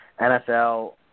NFL